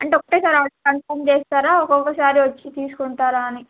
అంటే ఒకటే sir order confirm చేస్తారా ఒక్కొక్కసారి వచ్చి తీసుకుంటారా అని